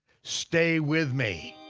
stay with me.